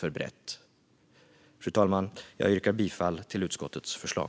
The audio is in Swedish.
Fru talman! Jag yrkar bifall till utskottets förslag.